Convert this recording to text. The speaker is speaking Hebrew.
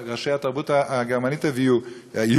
ראשי התרבות הגרמנית היו יהודים.